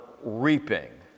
reaping